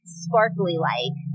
sparkly-like